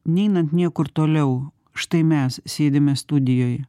neinant niekur toliau štai mes sėdime studijoj